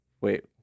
wait